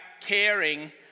caring